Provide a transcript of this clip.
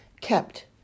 kept